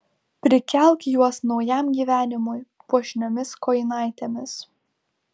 prikelk juos naujam gyvenimui puošniomis kojinaitėmis